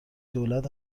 دولت